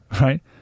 right